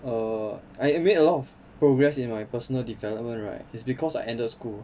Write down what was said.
err I made a lot of progress in my personal development right is because I ended school